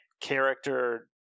character